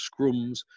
scrums